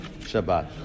Shabbat